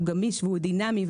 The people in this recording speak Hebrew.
הוא גמיש ודינאמי,